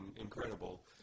incredible